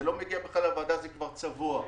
זה לא מגיע בכלל לוועדה זה כבר צבוע.